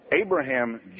Abraham